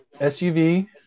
SUV